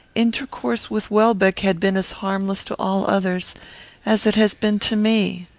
intercourse with welbeck had been as harmless to all others as it has been to me!